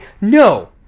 No